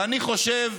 ואני חושב,